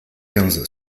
quinze